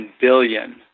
billion